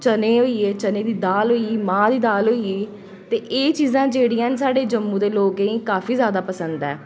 चने होई गे चने दी दाल होई गेई मां दी दाल होई गेई ते एह् चीजां न जेह्ड़ियां साढ़े जम्मू दे लोकें गी काफी जादा पसंद ऐ